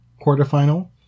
quarterfinal